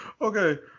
Okay